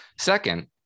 Second